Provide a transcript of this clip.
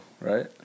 right